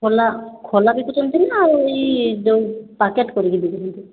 ଖୋଲା ଖୋଲା ବିକୁଛନ୍ତି ନା ଏଇ ଯେଉଁ ପ୍ୟାକେଟ୍ କରିକି ବିକୁଛନ୍ତି